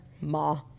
Ma